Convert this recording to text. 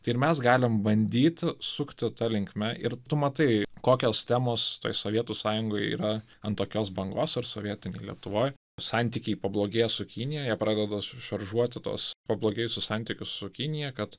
tai ir mes galim bandyt sukti ta linkme ir tu matai kokios sistemos toj sovietų sąjungoj yra ant tokios bangos ar sovietinėj lietuvoj santykiai pablogėja su kinija jie pradeda sušaržuoti tos pablogėjusius santykius su kinija kad